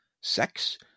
sex